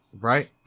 Right